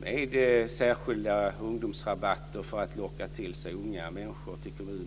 De har infört särskilda ungdomsrabatter för att locka till sig unga människor till kommuner.